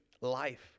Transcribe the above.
life